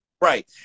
right